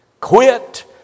quit